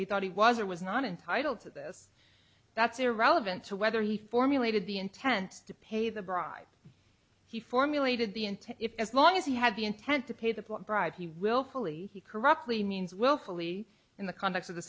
he thought he was or was not entitled to this that's irrelevant to whether he formulated the intent to pay the bribe he formulated the intent if as long as he had the intent to pay the bribe he will fully he corruptly means willfully in the conduct of the